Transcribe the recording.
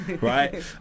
Right